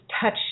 touch